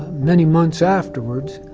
many months afterwards,